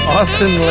Austin